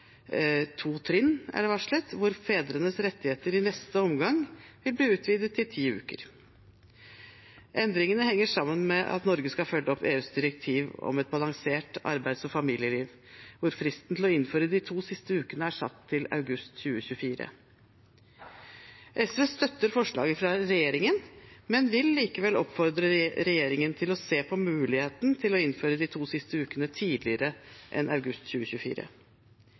to trinn, hvor fedrenes rettigheter i neste omgang vil bli utvidet til ti uker. Endringene henger sammen med at Norge skal følge opp EUs direktiv om et balansert arbeids- og familieliv, hvor fristen til å innføre de to siste ukene er satt til august 2024. SV støtter forslaget fra regjeringen, men vil likevel oppfordre regjeringen til å se på muligheten til å innføre de to siste ukene tidligere enn august 2024.